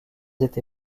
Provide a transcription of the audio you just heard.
été